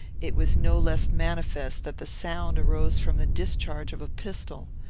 it was no less manifest that the sound arose from the discharge of a pistol.